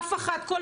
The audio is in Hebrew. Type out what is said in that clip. אף אחת לא שואלת,